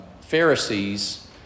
Pharisees